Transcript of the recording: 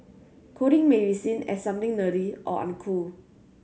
coding may be seen as something nerdy or uncool